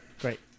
Great